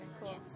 cool